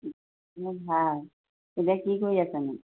মোৰ ভাল এতিয়া কি কৰি আছানো